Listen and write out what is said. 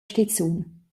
stizun